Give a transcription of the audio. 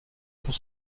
pour